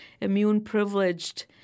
immune-privileged